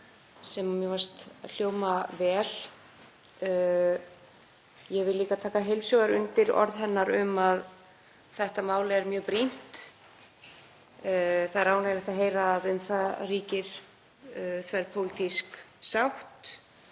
sem mér fannst hljóma vel. Ég vil líka taka heils hugar undir orð hennar um að þetta mál sé mjög brýnt. Það er ánægjulegt að heyra að um það ríki þverpólitísk sátt